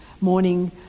morning